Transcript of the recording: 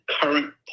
current